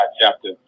chapter